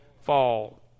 fall